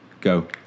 Go